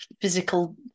physical